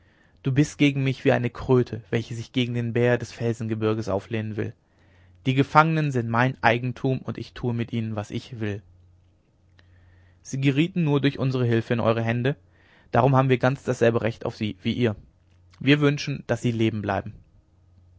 du bist gegen mich wie eine kröte welche sich gegen den bär des felsengebirges auflehnen will die gefangenen sind mein eigentum und ich tue mit ihnen was ich will sie gerieten nur durch unsere hilfe in eure hände darum haben wir ganz dasselbe recht auf sie wie ihr wir wünschen daß sie leben bleiben